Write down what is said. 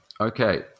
Okay